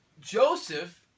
Joseph